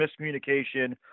miscommunication